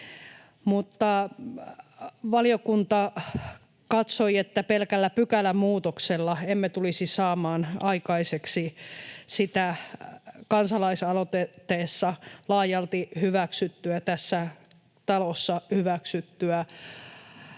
Valiokunta katsoi, että pelkällä pykälämuutoksella emme tulisi saamaan aikaiseksi sitä kansalaisaloitteessa laajalti hyväksyttyä ja tässä talossa hyväksyttyä